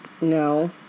No